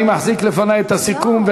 אני מחזיק לפני את הסיכום.